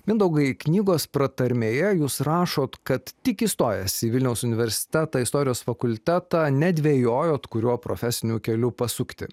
mindaugai knygos pratarmėje jūs rašot kad tik įstojęs į vilniaus universitetą istorijos fakultetą nedvejojot kuriuo profesiniu keliu pasukti